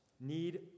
need